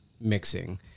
mixing